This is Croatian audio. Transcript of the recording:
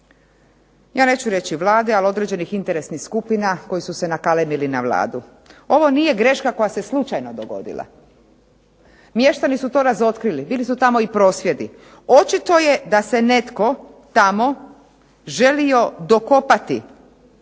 ja neću reći Vlade, ali određenih interesnih skupina koji su se nakalemili na Vladu. Ovo nije greška koja se slučajno dogodila. Mještani su to razotkrili, bili su tamo i prosvjedi. Očito je da se netko tamo želio dokopati